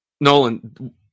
Nolan